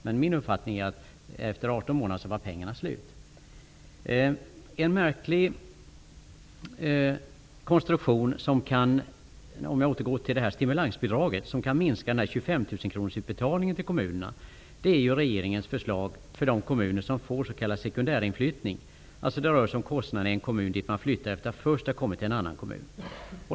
Men min uppfattning är att pengarna var slut efter 18 månader. Jag återgår till stimulansbidraget. En märklig konstruktion, som kan minska utbetalningarna på Det rör sig om kostnader i en kommun dit man flyttar efter att först ha kommit till en annan kommun.